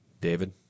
David